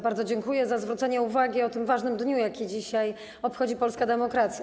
Bardzo dziękuję za zwrócenie uwagi na ten ważny dzień, jaki dzisiaj obchodzi polska demokracja.